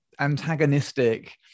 antagonistic